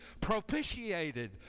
propitiated